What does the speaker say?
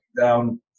down